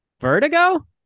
Vertigo